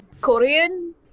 Korean